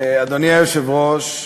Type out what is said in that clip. אדוני היושב-ראש,